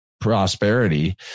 prosperity